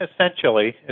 essentially